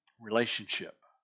relationship